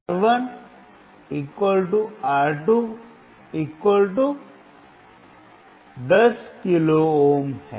R1 R2 10 kilo ohm है